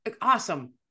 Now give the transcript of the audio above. awesome